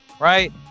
right